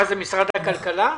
מה זה משרד הכלכלה?